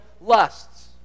lusts